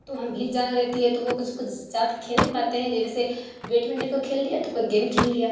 تو وہاں بھیڑ زیادہ رہتی ہے تو وہ کچھ کچھ زیادہ کھیل نہیں پاتے ہیں جیسے ویٹمنٹن کوئی کھیل لیا تو کوئی گیم کھیل لیا